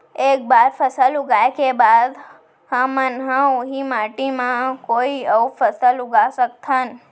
एक बार फसल उगाए के बाद का हमन ह, उही माटी मा कोई अऊ फसल उगा सकथन?